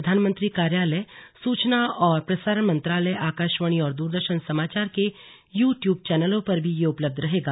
प्रधानमंत्री कार्यालय सूचना और प्रसारण मंत्रालय आकाशवाणी और दूरदर्शन समाचार के यू ट्यूब चैनलों पर भी यह उपलब्ध रहेगा